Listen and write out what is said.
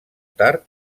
tard